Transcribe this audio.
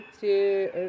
two